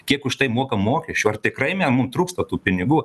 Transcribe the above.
kiek už tai mokam mokesčių ar tikrai mum trūksta tų pinigų